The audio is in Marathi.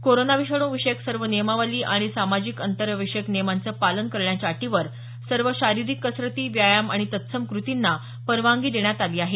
कोरोनाविषाणू विषयक सर्व नियमावली आणि सामाजिक अंतराविषयक नियमांचे पालन करण्याच्या अटीवर सर्व शारिरिक कसरती व्यायाम आणि तत्सम क्रतींना परवानगी देण्यात आली आहे